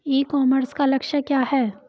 ई commerce का लक्ष्य क्या है?